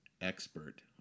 expert